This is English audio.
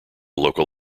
local